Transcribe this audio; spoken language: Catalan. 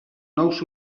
nous